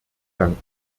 danken